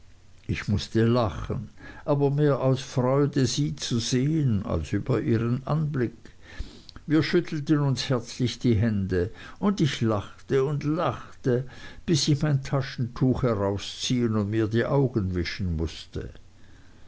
ich mußte lachen aber mehr aus freude sie zu sehen als über ihren anblick wir schüttelten uns herzlich die hände und ich lachte und lachte bis ich mein taschentuch herausziehen und mir die augen wischen mußte